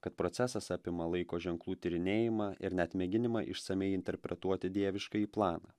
kad procesas apima laiko ženklų tyrinėjimą ir net mėginimą išsamiai interpretuoti dieviškąjį planą